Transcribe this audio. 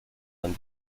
and